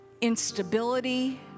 instability